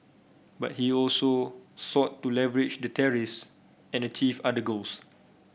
but he also sought to leverage the tariffs and achieve other goals